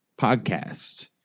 podcast